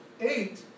Eight